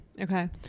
okay